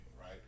right